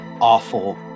awful